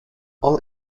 all